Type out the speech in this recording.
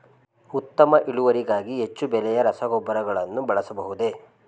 ಉತ್ತಮ ಇಳುವರಿಗಾಗಿ ಹೆಚ್ಚು ಬೆಲೆಯ ರಸಗೊಬ್ಬರಗಳನ್ನು ಬಳಸಬಹುದೇ?